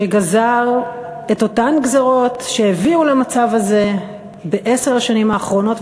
שגזר את אותן גזירות שהביאו למצב הזה בעשר השנים האחרונות,